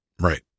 Right